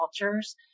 cultures